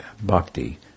bhakti